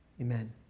amen